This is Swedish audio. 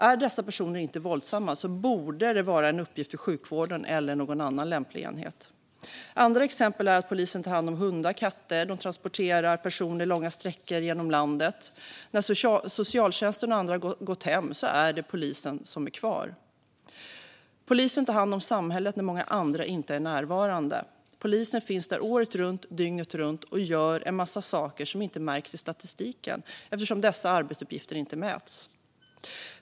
Är dessa personer inte våldsamma borde det vara en uppgift för sjukvården eller någon annan lämplig enhet. Andra exempel är att polisen tar hand om hundar och katter. De transporterar personer långa sträckor genom landet. När socialtjänsten och andra har gått hem är det polisen som är kvar. Polisen tar hand om samhället när många andra inte är närvarande. Polisen finns där året runt, dygnet runt och gör en massa saker som inte märks i statistiken eftersom dessa arbetsuppgifter inte mäts.